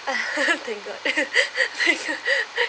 thank god